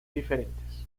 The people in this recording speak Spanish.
diferentes